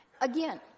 Again